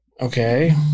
okay